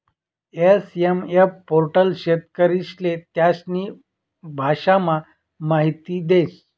SMF portal शेतकरीस्ले त्यास्नी भाषामा माहिती देस